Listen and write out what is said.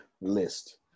list